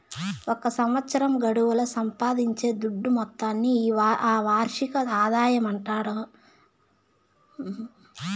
ఒక సంవత్సరం గడువుల సంపాయించే దుడ్డు మొత్తాన్ని ఆ వార్షిక ఆదాయమంటాండారు